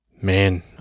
man